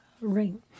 ring